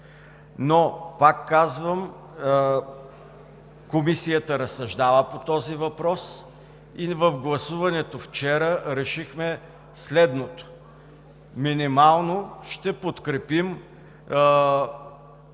път. Пак казвам, Комисията разсъждава по този въпрос и в гласуването вчера решихме следното: ще подкрепим